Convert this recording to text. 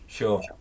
Sure